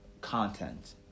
content